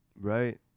right